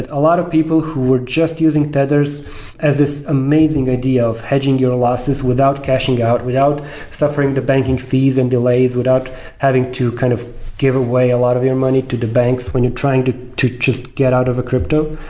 a lot of people who were just using tethers as this amazing idea of hedging your losses without cashing out, without suffering the banking fees and delays, without having to kind of give away a lot of your money to the banks when you're trying to to just get out of a crypto.